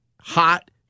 hot